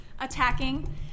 attacking